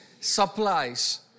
supplies